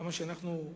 כמה שאנחנו,